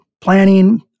planning